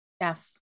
Yes